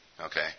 okay